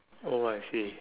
oh I see